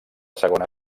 segona